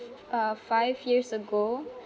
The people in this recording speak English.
five years ago